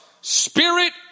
Spirit